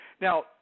Now